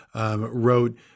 wrote